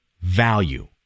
value